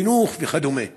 חינוך וכדומה.